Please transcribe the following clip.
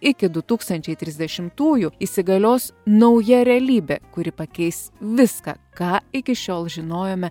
iki du tūkstančiai trisdešimtųjų įsigalios nauja realybė kuri pakeis viską ką iki šiol žinojome